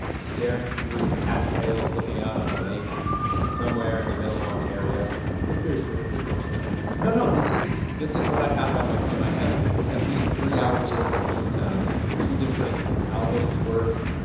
staring through cattails looking out on a lake somewhere in the middle of ontario? but seriously, this isn't a joke? no, no. this is this is what i have on my phone. i have at least three hours' worth of loon sounds, two different albums' worth.